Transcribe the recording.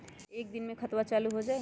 कई दिन मे खतबा चालु हो जाई?